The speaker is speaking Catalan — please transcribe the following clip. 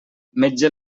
metge